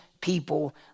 people